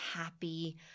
happy